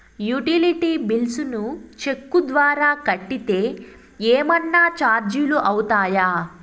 Utility bills ను cheque ద్వారా కట్టితే ఏమన్నా చార్జీలు అవుతాయా?